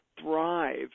thrive